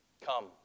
come